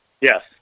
yes